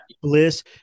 bliss